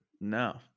No